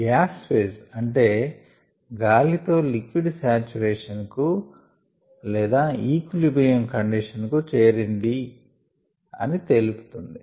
gas phase అంటే గాలి తో లిక్విడ్ సాచురేషన్ కు లేదా ఈక్విలిబ్రియం కండిషన్ కు చేరిందని ఇది తెలుపుతుంది